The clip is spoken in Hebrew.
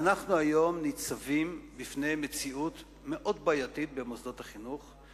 ואנו היום ניצבים לפני מציאות מאוד בעייתית במוסדות החינוך,